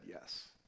yes